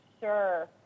sure